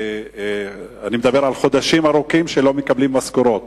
אני מדבר על חודשים ארוכים שלא מקבלים משכורות.